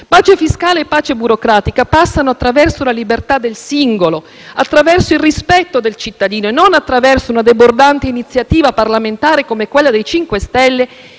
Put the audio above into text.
Pace fiscale e pace burocratica passano attraverso la libertà del singolo, attraverso il rispetto del cittadino e non attraverso una debordante iniziativa parlamentare come quella dei 5 Stelle,